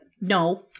No